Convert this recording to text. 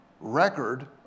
record